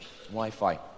Wi-Fi